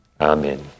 Amen